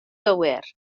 gywir